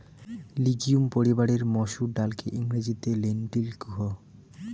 legume পরিবারের মসুর ডালকে ইংরেজিতে লেন্টিল কুহ